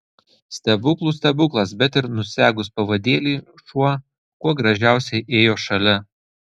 stebuklų stebuklas bet ir nusegus pavadėlį šuo kuo gražiausiai ėjo šalia